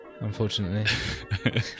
unfortunately